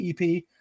EP